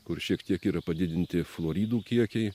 kur šiek tiek yra padidinti fluoridų kiekiai